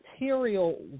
material